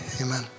amen